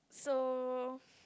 so